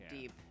deep